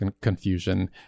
confusion